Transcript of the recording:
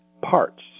parts